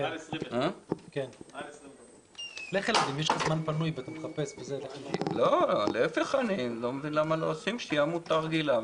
יש מעל 20. אני לא מבין למה לא עושים שתהיה עמותה רגילה.